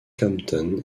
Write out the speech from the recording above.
compton